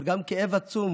אבל גם כאב עצום